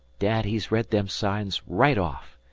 dad he'd read them signs right off.